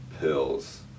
pills